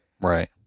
right